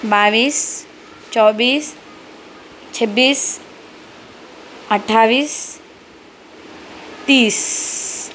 بائیس چوبیس چھبیس اٹھائیس تیس